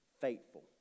faithful